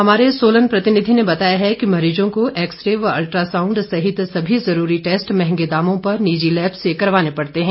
हमारे सोलन प्रतिनिधि ने बताया है कि मरीजों को एक्सरे व अल्ट्रासांउड सहित सभी जरूरी टैस्ट मंहगे दामों पर निजी लैब में करवाने पड़ते हैं